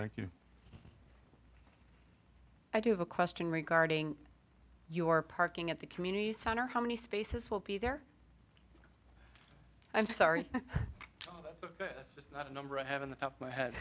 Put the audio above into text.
thank you i do have a question regarding your parking at the community center how many spaces will be there i'm sorry this is not a number i have in the top my head